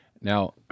Now